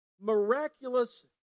miraculous